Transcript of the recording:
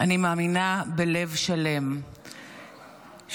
אני מאמינה בלב שלם שהתפילות,